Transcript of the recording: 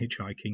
hitchhiking